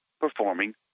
performing